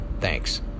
Thanks